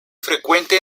frecuente